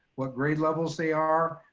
what grade levels they are,